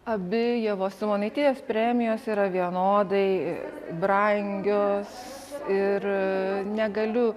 abi ievos simonaitytės premijos yra vienodai brangios ir negaliu